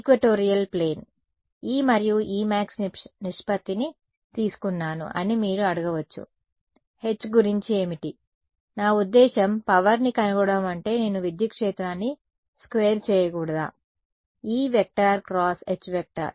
equatorial plane E మరియు E నిష్పత్తిని తీసుకున్నాను అని మీరు అడగవచ్చు H గురించి ఏమిటి నా ఉద్దేశ్యం శక్తిని కనుగొనడం అంటే నేను విద్యుత్ క్షేత్రాన్ని స్క్వేర్ చేయకూడదా